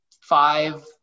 five